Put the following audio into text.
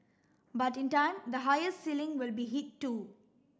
but in time the higher ceiling will be hit too